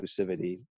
exclusivity